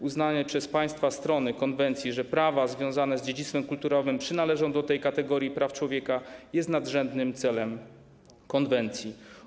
Uznanie przez państwa strony konwencji, że prawa związane z dziedzictwem kulturowym przynależą do tej kategorii praw człowieka, jest nadrzędnym celem konwencji.